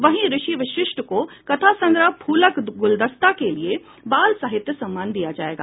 वहीं ऋषि वशिष्ठ को कथा संग्रह फूलक गुलदस्ता के लिए बाल साहित्य सम्मान दिया जाएगा